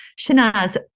Shanaz